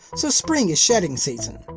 so spring is shedding season.